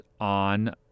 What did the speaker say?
on